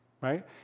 right